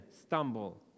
stumble